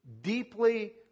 deeply